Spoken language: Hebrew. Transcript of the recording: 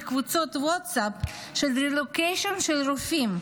קבוצות ווטסאפ של רילוקיישן של רופאים: